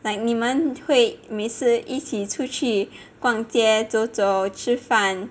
like 你们会每次一起出去逛街走走吃饭